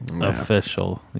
official